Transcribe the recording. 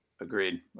Agreed